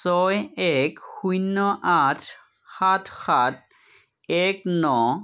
ছয় এক শূন্য আঠ সাত সাত এক ন